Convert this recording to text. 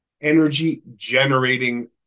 energy-generating